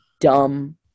dumb